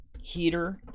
heater